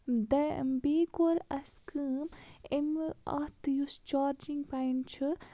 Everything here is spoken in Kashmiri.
دَ بیٚیہِ کوٚر اَسہِ کٲم امہِ اَتھ یُس چارجِنٛگ پایِنٛٹ چھُ